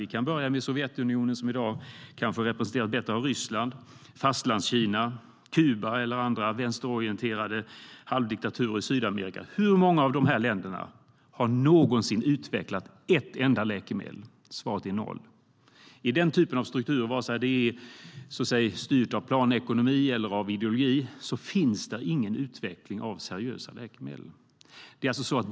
Vi kan börja med Sovjetunionen - som i dag representeras av Ryssland - Fastlandskina, Kuba och diverse vänsterorienterade halvdiktaturer i Sydamerika. Hur många av dessa länder har någonsin utvecklat ett enda läkemedel? Svaret är noll. I denna typ av strukturer, oavsett om de styrs av planekonomi eller ideologi, finns det ingen utveckling av seriösa läkemedel.